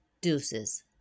deuces